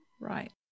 Right